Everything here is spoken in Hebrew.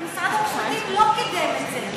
משרד המשפטים לא קידם את זה.